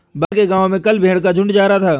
बगल के गांव में कल भेड़ का झुंड जा रहा था